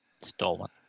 Stolen